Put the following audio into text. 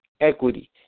equity